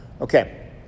Okay